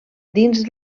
dins